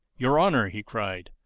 your honor, he cried,